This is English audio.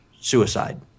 suicide